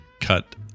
cut